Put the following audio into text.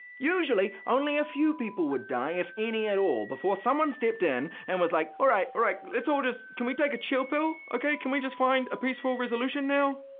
usually, only a few people would die, if any at all before someone stepped in and was like, all right, all right, let's all just, can we take a chill pill okay? can we just find a peaceful resolution now?